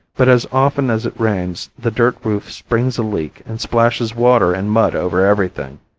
but as often as it rains the dirt roof springs a leak and splashes water and mud over everything.